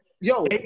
Yo